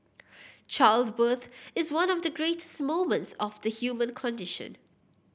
childbirth is one of the greatest moments of the human condition